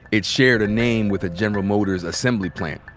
it's shared a name with a general motors assembly plant.